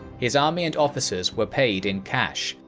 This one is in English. his army and officers were paid in cash,